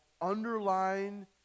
Underline